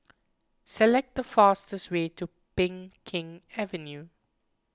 select the fastest way to Peng Kang Avenue